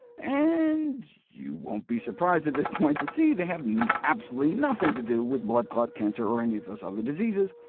and you won't be surprised at this point to see they have absolutely nothing to do with blood clots, cancer, or any of those other diseases,